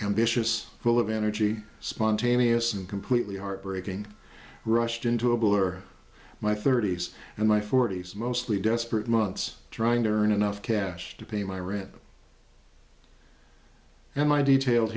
ambitious full of energy spontaneous and completely heartbreaking rushed into a bill or my thirties and my forties mostly desperate months trying to earn enough cash to pay my rent and my detailed